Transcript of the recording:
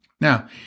Now